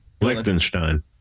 Liechtenstein